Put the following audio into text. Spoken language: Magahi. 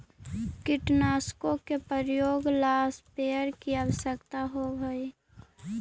कीटनाशकों के प्रयोग ला स्प्रेयर की आवश्यकता होव हई